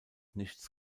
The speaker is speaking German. nichts